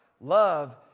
Love